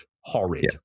horrid